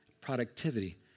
productivity